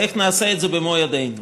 איך נעשה את זה במו ידינו.